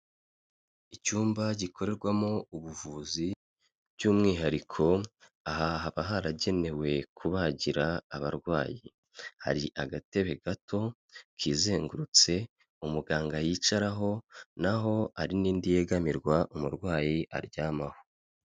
Icyumba gikoremo ubuvuzi by'umwihariko aha haba haragenewe kubagira abarwayi, hari agatebe gato kizengurutse umuganga yicaraho naho hari n'indi yegamirwa umurwayi aryamaho.